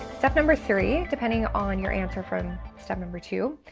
step number three, depending on your answer from step number two,